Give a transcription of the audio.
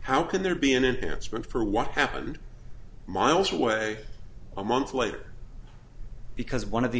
how can there be an embarrassment for what happened miles away a month later because one of the